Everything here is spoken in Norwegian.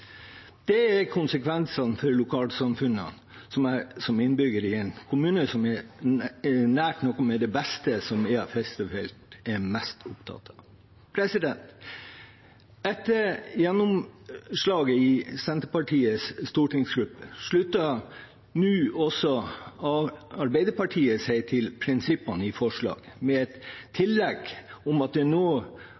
Det er konsekvensene for lokalsamfunnene, som jeg som innbygger i en kommune med nær noe av det beste som er av fiskefelt, er mest opptatt av. Etter gjennomslaget i Senterpartiets stortingsgruppe sluttet nå også Arbeiderpartiet seg til prinsippene i forslaget, med et